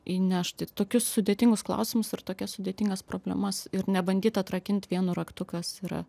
įnešt į tokius sudėtingus klausimus ir tokias sudėtingas problemas ir nebandyt atrakint vienu raktu kas yra